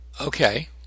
Okay